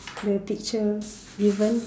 the picture given